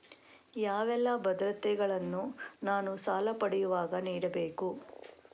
ಯಾವೆಲ್ಲ ಭದ್ರತೆಗಳನ್ನು ನಾನು ಸಾಲ ಪಡೆಯುವಾಗ ನೀಡಬೇಕು?